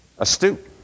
astute